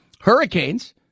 hurricanes